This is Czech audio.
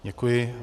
Děkuji.